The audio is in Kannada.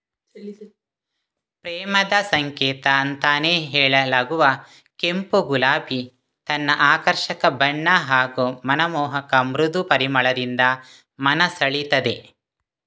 ಪ್ರೇಮದ ಸಂಕೇತ ಅಂತಾನೇ ಹೇಳಲಾಗುವ ಕೆಂಪು ಗುಲಾಬಿ ತನ್ನ ಆಕರ್ಷಕ ಬಣ್ಣ ಹಾಗೂ ಮನಮೋಹಕ ಮೃದು ಪರಿಮಳದಿಂದ ಮನ ಸೆಳೀತದೆ